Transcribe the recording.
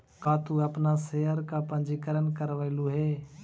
का तू अपन शेयर का पंजीकरण करवलु हे